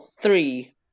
Three